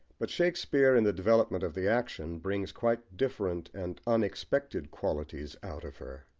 but shakespeare, in the development of the action, brings quite different and unexpected qualities out of her.